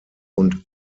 und